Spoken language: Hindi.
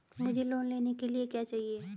मुझे लोन लेने के लिए क्या चाहिए?